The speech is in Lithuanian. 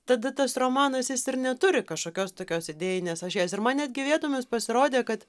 tada tas romanas jis ir neturi kažkokios tokios idėjinės ašies ir man netgi vietomis pasirodė kad